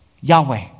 Yahweh